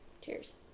cheers